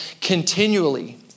continually